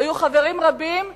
והיו חברים רבים שאמרו: